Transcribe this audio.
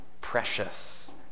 Precious